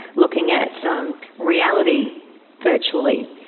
looking at um reality virtually,